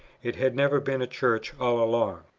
it had never been a church all along.